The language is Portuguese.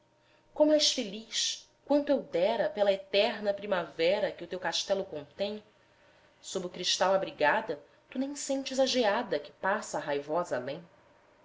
corno és feliz quanto eu dera pela eterna primavera que o teu castelo contém sob o cristal abrigada tu nem sentes a geada que passa raivosa além